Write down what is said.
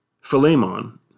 Philemon